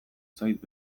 zait